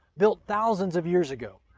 built thousands of years ago,